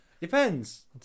Depends